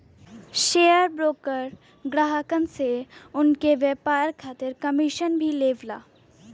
share broker ग्राहकन से उनके व्यापार खातिर कमीशन भी लेवला